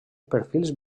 perfils